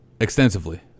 extensively